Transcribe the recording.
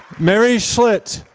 mary schlitt.